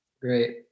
Great